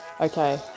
Okay